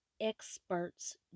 experts